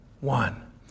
one